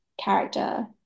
character